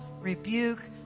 rebuke